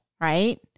right